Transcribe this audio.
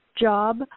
job